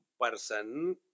person